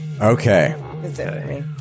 okay